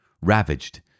Ravaged